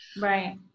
Right